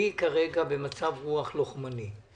אני כרגע במצב רוח לוחמני.